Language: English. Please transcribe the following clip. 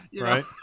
Right